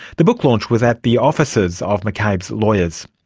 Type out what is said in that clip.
the book launch was at the offices of mccabes lawyers.